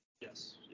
yes